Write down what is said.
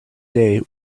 day